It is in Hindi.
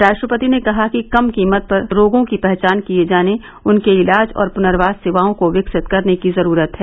राष्ट्रपति ने कहा कि कम कीमत पर रोगों की पहचान किए जाने उनके इलाज और पुनर्वास सेवाओं को विकसित करने की जरूरत है